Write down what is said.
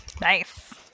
nice